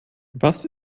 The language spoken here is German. was